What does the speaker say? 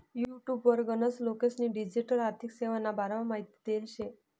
युटुबवर गनच लोकेस्नी डिजीटल आर्थिक सेवाना बारामा माहिती देल शे